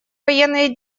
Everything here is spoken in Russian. военные